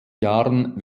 jahren